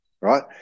right